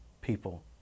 people